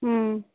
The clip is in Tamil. உம்